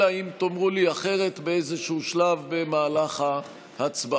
אלא אם כן תאמרו לי אחרת באיזשהו שלב במהלך ההצבעה.